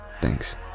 Thanks